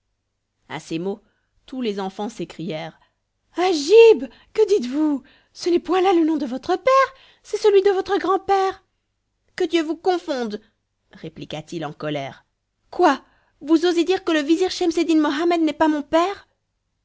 à ces mots tous les enfants s'écrièrent agib que dites-vous ce n'est point là le nom de votre père c'est celui de votre grand-père que dieu vous confonde répliqua-t-il en colère quoi vous osez dire que le vizir schemseddin mohammed n'est pas mon père